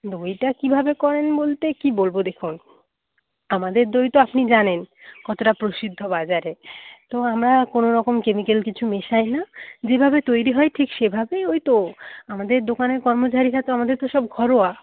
দইটা কিভাবে করেন বলতে কি বলবো দেখুন আমাদের দই তো আপনি জানেন কতটা প্রসিদ্ধ বাজারে তো আমরা কোনোরকম কেমিকেল কিছু মেশাই না যেভাবে তৈরি হয় ঠিক সেভাবেই ওই তো আমাদের দোকানের কর্মচারীরা তো আমাদের তো সব ঘরোয়া